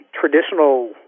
traditional